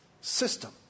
system